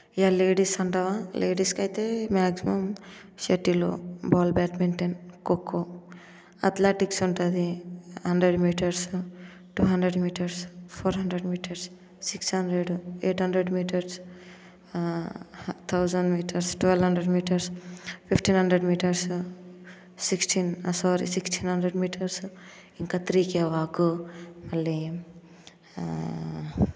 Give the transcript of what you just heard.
ఇక లేడీస్ అంటావా లేడీస్కైతే అయితే maximum shuttle ball badminton kho kho athletics ఉంటుంది hundred metres two hundred metres four hundred metres six hundred eight hundred metres thousand metres twelve hundred metres fifteen hundred metres sixteen sorry sixteen hundred metres ఇంకా three K walk మళ్ళీ